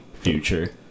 future